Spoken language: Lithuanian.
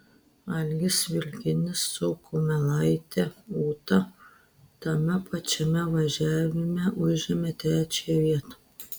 algis vilkinis su kumelaite ūta tame pačiame važiavime užėmė trečiąją vietą